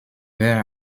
there